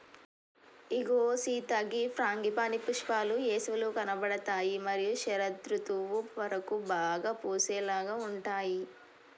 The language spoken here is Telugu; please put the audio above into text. ఇగో సీత గీ ఫ్రాంగిపానీ పుష్పాలు ఏసవిలో కనబడుతాయి మరియు శరదృతువు వరకు బాగా పూసేలాగా ఉంటాయి